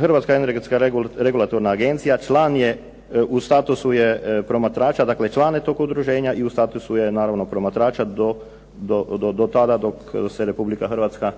Hrvatska energetska regulatorna agencija član je, u statusu je promatrača, dakle član je tog udruženja i u statusu je naravno promatrača do tada dok se Republika Hrvatska